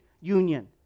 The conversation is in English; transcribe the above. Union